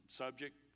subject